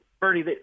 Bernie